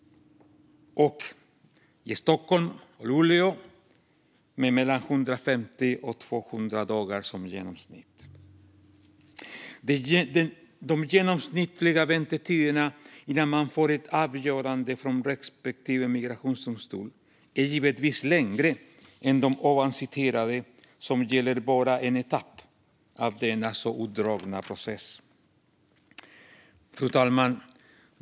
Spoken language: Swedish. I Stockholm och Luleå tar det i genomsnitt mellan 150 och 200 dagar. De genomsnittliga väntetiderna innan man får ett avgörande från respektive migrationsdomstol är givetvis längre än de ovan nämnda, som gäller bara en etapp av denna så utdragna process. Fru talman!